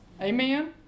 amen